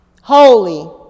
holy